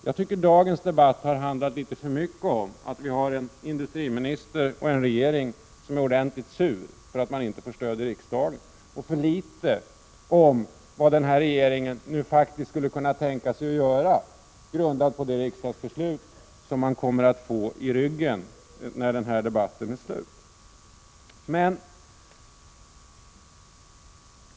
Jag tycker dagens debatt har handlat litet för 63 mycket om att vi har en industriminister och en regering som är ordentligt sura för att de inte får stöd i riksdagen, och för litet om vad regeringen nu faktiskt skulle kunna tänka sig att göra, med utgångspunkt i det riksdagsbeslut som man kommer att få räkna med när denna debatt är slut.